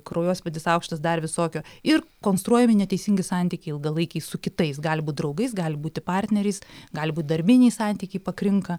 kraujospūdis aukštas dar visokio ir konstruojami neteisingi santykiai ilgalaikiai su kitais gali būt draugais gali būti partneriais gali būt darbiniai santykiai pakrinka